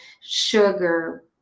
sugar